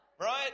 Right